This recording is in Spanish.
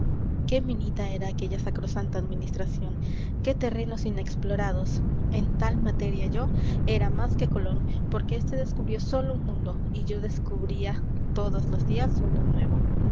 qué minita era aquella sacrosanta administración qué terrenos inexplorados en tal materia yo era más que colón porque este descubrió sólo un mundo y yo descubría todos los días uno nuevo